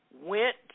went